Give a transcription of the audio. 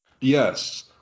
Yes